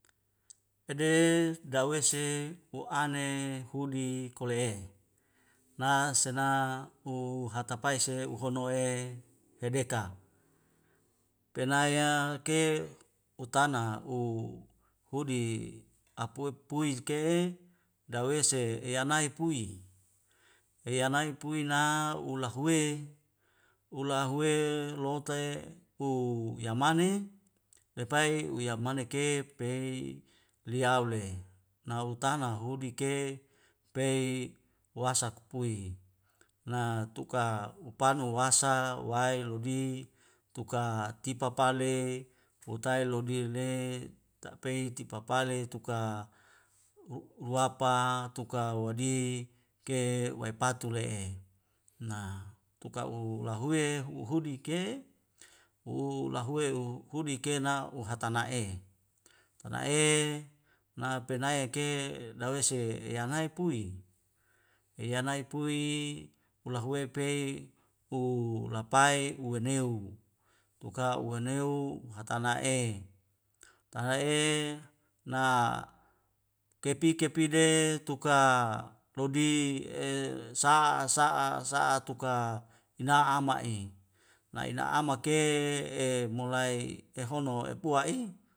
Ede dawese u'ane hudi kole'ehe nasena uhatapaese uhono'e hedeka. penaya ke utana u hudi apui pui ke'e dawese eyanae pui eyanae pui na ulahuwe ulahuwe lote u yamane lepai uyamane ke pei liaule nahutana hudi ke pei wasak pui. na tuka upana u'hasa wai ludi tuka tipa pale hutai lodir le tapei tipa pale tuka ru ruapa tuka wadi ke waipatu le'e na tuka u lahuye u'hudi ke u lahuwe hudi kena u hatana'e hutana'e napenai ke dawei se yangai pui yanai pui ulahuwe pei hulapae uwaneu tuka uwaneu hatana'e tana'e na kepi kepi de tuka lodi e sa'a sa'a sa'a tuka ina'ama i na ina'ama ke e mulai e hono weapua'i